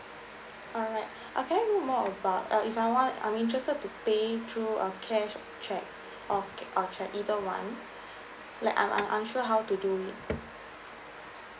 uh uh can I know more about uh if I want I'm interested to pay through uh cash or cheque okay I'll try either one like I'm unsure how to do it